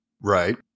Right